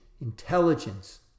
intelligence